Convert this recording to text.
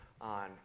on